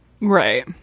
right